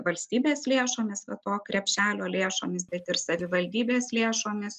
valstybės lėšomis va to krepšelio lėšomis bet ir savivaldybės lėšomis